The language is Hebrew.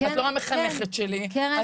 את לא המחנכת שלי,